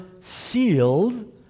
sealed